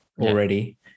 already